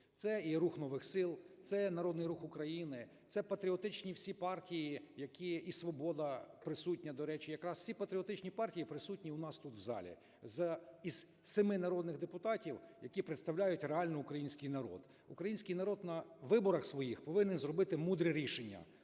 це і "Рух нових сил", це Народний Рух України, це патріотичні всі партії, які і "Свобода", присутня, до речі, якраз, всі патріотичні партії присутні у нас тут в залі, із семи народних депутатів, які представляють реально український народ. Український народ на виборах своїх повинен зробити мудре рішення.